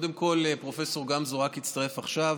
קודם כול, פרופ' גמזו הצטרף רק עכשיו.